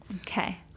Okay